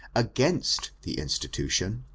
against the institution,